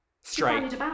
Straight